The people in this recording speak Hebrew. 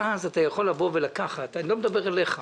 שאז אתה יכול לבוא ולקחת אני לא מדבר אליך.